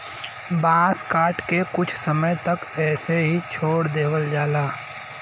बांस के काट के कुछ समय तक ऐसे ही छोड़ देवल जाला